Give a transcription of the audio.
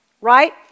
right